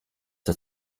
das